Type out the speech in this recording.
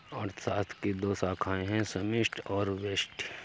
अर्थशास्त्र की दो शाखाए है समष्टि और व्यष्टि